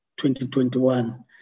2021